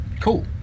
Cool